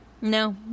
No